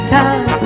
time